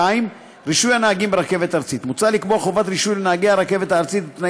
2. רישוי הנהגים ברכבת ארצית: מוצע לקבוע חובת רישוי